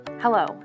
Hello